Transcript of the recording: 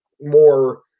more